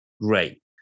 great